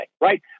right